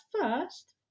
first